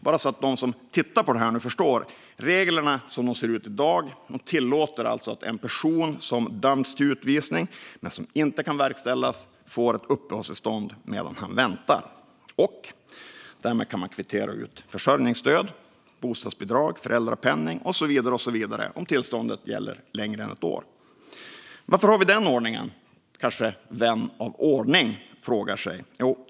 Bara så att de som tittar på det här förstår: Reglerna som de ser ut i dag tillåter alltså att en person som dömts till utvisning som inte kan verkställas får ett uppehållstillstånd medan han väntar. Om tillståndet gäller längre än ett år kan man därmed kvittera ut försörjningsstöd, bostadsbidrag, föräldrapenning och så vidare. Varför har vi den ordningen, kanske vän av ordning frågar sig.